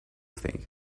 thing